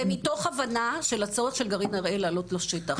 זה מתוך הבנה של הצורך של גרעין הראל לעלות לשטח.